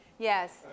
Yes